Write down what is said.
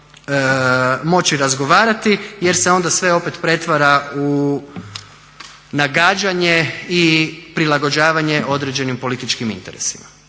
moći razgovarati jer se onda sve opet pretvara u nagađanje i prilagođavanje određenim političkim interesima.